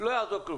לא יעזור כלום.